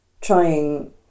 trying